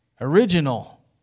original